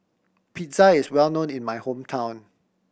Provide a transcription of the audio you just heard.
pizza is well known in my hometown